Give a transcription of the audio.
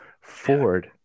Ford